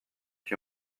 qui